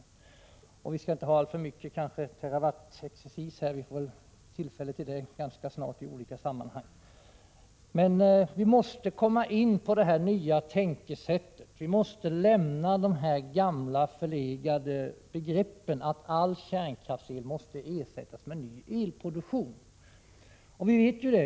Vi skall kanske inte ha alltför mycket terawattexercis här — vi får väl tillfälle till det ganska snart i olika sammanhang. Men vi måste komma in på nya tänkesätt och lämna de gamla förlegade tankegångarna att all kärnkraftsel måste ersättas med ny elproduktion.